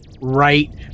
right